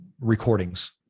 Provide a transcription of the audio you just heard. recordings